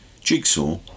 Jigsaw